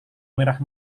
merah